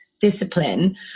discipline